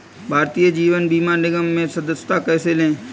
भारतीय जीवन बीमा निगम में सदस्यता कैसे लें?